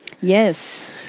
Yes